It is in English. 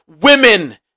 women